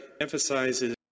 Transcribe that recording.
emphasizes